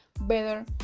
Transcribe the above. better